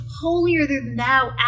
holier-than-thou